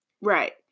Right